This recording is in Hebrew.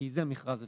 כי זה מכרז הפסד.